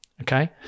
okay